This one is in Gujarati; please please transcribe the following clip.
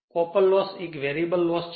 તેથી આ કોપર લોસ એ એક વેરીએબલ લોસ છે